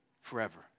forever